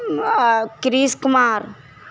आ कृष कुमार